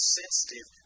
sensitive